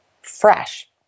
fresh